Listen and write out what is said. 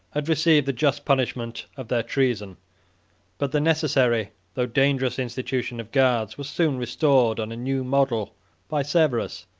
had received the just punishment of their treason but the necessary, though dangerous, institution of guards was soon restored on a new model by severus,